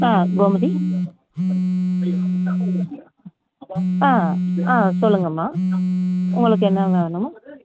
ஆ கோமதி ஆ ஆ சொல்லுங்கம்மா உங்களுக்கு என்ன வேணும்